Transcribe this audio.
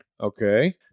Okay